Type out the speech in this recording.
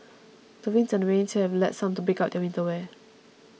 the winds and rain here have led some to break out their winter wear